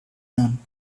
none